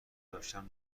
داشتم